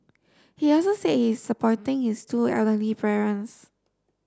he also said he is supporting his two elderly parents